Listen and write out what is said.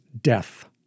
death